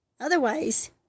otherwise